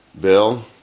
Bill